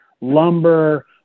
lumber